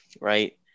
right